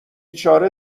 چاره